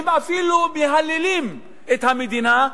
אפילו מהללים את המדינה,